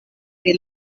pri